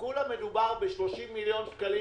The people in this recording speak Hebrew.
בסך הכול כרגע מדובר ב-30 מיליון שקלים.